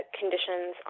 conditions